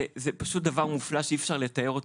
זה פשוט דבר מופלא שאי אפשר לתאר אותו.